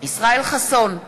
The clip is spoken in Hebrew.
ישראל חסון,